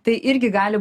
tai irgi gali